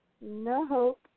No